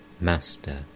Master